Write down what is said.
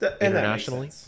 internationally